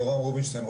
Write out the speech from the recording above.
יורם רובינשטיין,